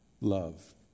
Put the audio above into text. love